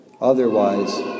Otherwise